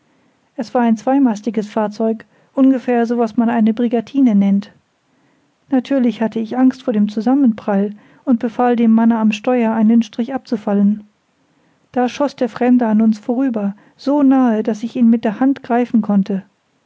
es war ein zweimastiges fahrzeug ungefähr so was man eine brigantine nennt natürlich hatte ich angst vor dem zusammenprall und befahl dem manne am steuer einen strich abzufallen da schoß der fremde an uns vorüber so nahe daß ich ihn mit der hand greifen konnte